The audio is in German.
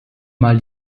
mal